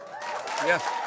Yes